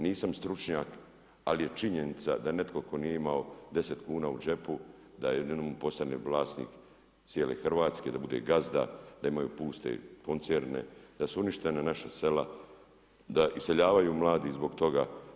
Nisam stručnjak ali je činjenica da netko tko nije imao 10 kuna u džepu da odjednom postane vlasnik cijele Hrvatske, da bude gazda, da imaju puste koncerne, da su uništena naša sela, da iseljavaju mladi zbog toga.